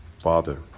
Father